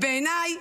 בעיניי,